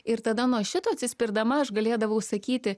ir tada nuo šito atsispirdama aš galėdavau sakyti